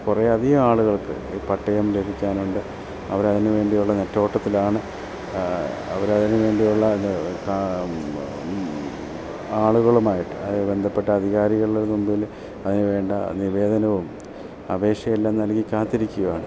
കുറെ അധികം ആളുകൾക്ക് ഈ പട്ടയം ലഭിക്കാൻ ഉണ്ട് അവരതിന് വേണ്ടിയുള്ള നെട്ടോട്ടത്തിലാണ് അവർ അതിന് വേണ്ടി ഉള്ള ആളുകളുമായിട്ട് അതിന് ബന്ധപ്പെട്ട അധികാരികളുടെ മുമ്പിൽ അതിന് വേണ്ട നിവേദനവും അപേക്ഷ എല്ലാം നൽകി കാത്തിരിക്കുവാണ്